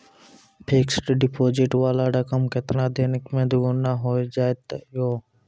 Fixed deposit वाला रकम केतना दिन मे दुगूना हो जाएत यो?